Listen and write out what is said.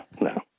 no